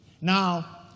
Now